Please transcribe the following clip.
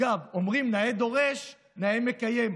אגב, אומרים: נאה דורש, נאה מקיים.